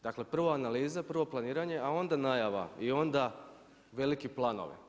Dakle prvo analiza, prvo planiranje a onda najava i onda veliki planovi.